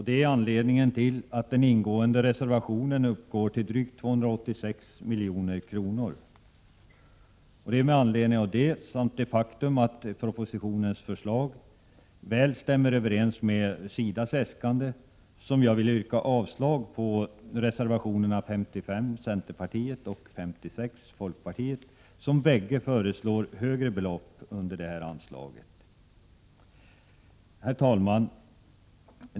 Det är skälet till att den ingående reservationen uppgår till drygt 286 milj.kr. Med anledning av det samt det faktum att propositionens förslag väl stämmer överens med SIDA:s äskande ber jag att få yrka avslag på reservationerna 55 och 56 från centerpartiet resp. folkpartiet, i vilka föreslås högre belopp under detta anslag. Herr talman!